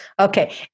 Okay